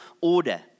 order